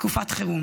תקופת חירום,